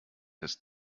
ist